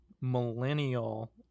millennial